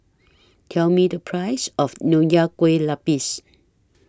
Tell Me The Price of Nonya Kueh Lapis